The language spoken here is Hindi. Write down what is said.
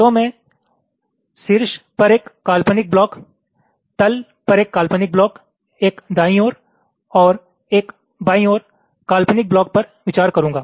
तो मैं शीर्ष पर एक काल्पनिक ब्लॉक तल पर एक काल्पनिक ब्लॉक एक दाईं ओर और एक बाईं ओर काल्पनिक ब्लॉक पर विचार करूंगा